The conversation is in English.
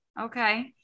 Okay